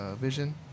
Vision